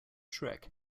trick